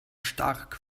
stark